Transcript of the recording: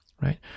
right